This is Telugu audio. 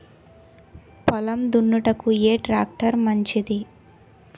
పొలం దున్నుటకు ఏ ట్రాక్టర్ మంచిది?